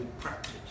practice